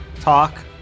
talk